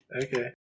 Okay